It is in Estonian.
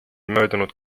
möödunud